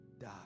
die